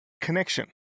connection